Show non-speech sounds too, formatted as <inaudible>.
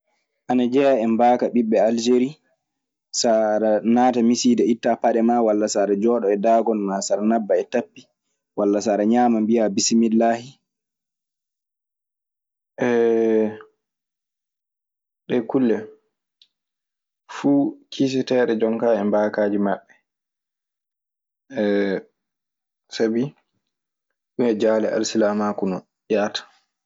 Ana jeyaa e mbaaka ɓiɓɓe Alserii, so aɗa naata misiida ittaa paɗe maa walla so aɗe jooɗoo e daago maa so aɗe nabba tappi walla so aɗe ñaama mbiyaa bismillaahi. <hesitation> Wee kulle fuu kiiseteeɗe jonkaa e mbaakaaji maɓɓe. <hesitation> Sabi ɗee jaale alsilaamaaku non yaata.